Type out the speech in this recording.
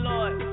Lord